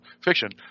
fiction